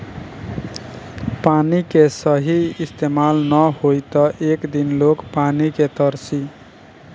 पानी के सही इस्तमाल ना होई त एक दिन लोग पानी के तरसी